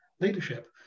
leadership